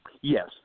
Yes